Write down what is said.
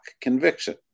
conviction